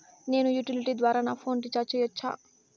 నేను యుటిలిటీ ద్వారా నా ఫోను రీచార్జి సేయొచ్చా?